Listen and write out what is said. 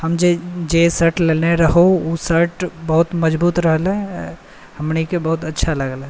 हम जे शर्ट लेने रहुॅं ओ शर्ट बहुत मजबूत रहलै हमरा बहुत अच्छा लागल